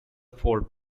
four